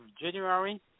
January